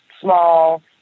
small